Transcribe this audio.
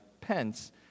Pence